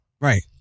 Right